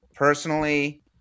Personally